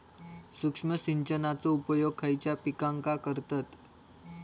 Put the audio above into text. सूक्ष्म सिंचनाचो उपयोग खयच्या पिकांका करतत?